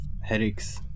headaches